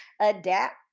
adapt